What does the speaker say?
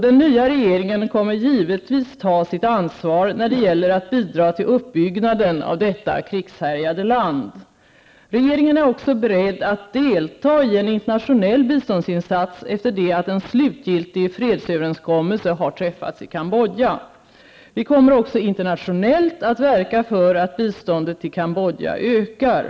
Den nya regeringen kommer givetvis att ta sitt ansvar när det gäller att bidra till uppbyggnaden av detta krigshäjade land. Regeringen är också beredd att delta i en internationell biståndsinsats efter det att en slutlig fredsöverenskommelse har träffats i Cambodja. Vi kommer också internationellt att verka för att biståndet till Cambodja ökar.